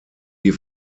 die